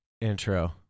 intro